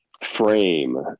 frame